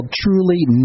truly